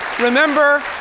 Remember